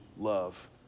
love